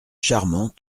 charmant